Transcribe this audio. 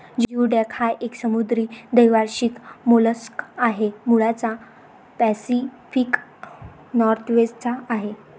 geoduck हा एक समुद्री द्वैवार्षिक मोलस्क आहे, मूळचा पॅसिफिक नॉर्थवेस्ट चा आहे